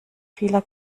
vieler